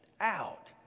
out